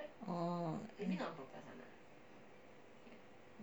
oh